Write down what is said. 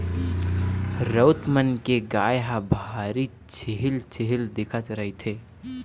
राउत मन के गाय ह भारी छिहिल छिहिल दिखत रहिथे